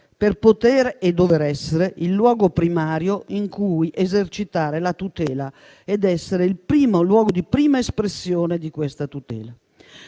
ed onorato di essere il luogo primario in cui esercitare la tutela e il luogo di prima espressione di questa tutela.